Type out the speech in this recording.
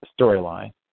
storyline